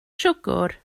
siwgr